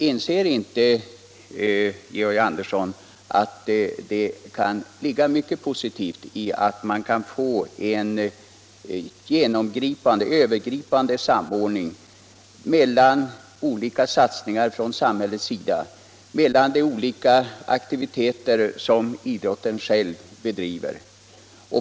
Inser inte Georg Andersson att det kan ligga mycket positivt i en övergripande samordning mellan olika satsningar från samhällets sida och de aktiviteter som idrotten själv bedriver?